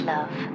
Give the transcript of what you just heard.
Love